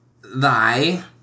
thy